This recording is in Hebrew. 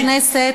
חברי הכנסת,